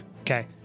Okay